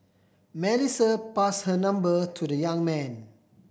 Melissa pass her number to the young man